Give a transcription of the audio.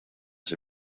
las